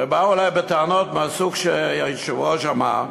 ובאו אלי בטענות מהסוג שהיושב-ראש אמר,